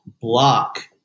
block